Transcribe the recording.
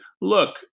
look